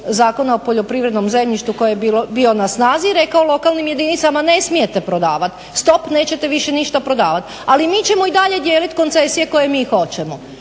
Zakona o poljoprivrednom zemljištu koji je bio na snazi i rekao lokalnim jedinicama ne smije prodavat, stop, nećete više ništa prodavat, al mi ćemo i dalje dijelit koncesije koje mi hoćemo.